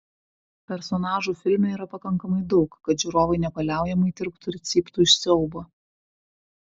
personažų filme yra pakankamai daug kad žiūrovai nepaliaujamai tirptų ir cyptų iš siaubo